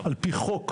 על פי חוק,